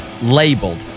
Labeled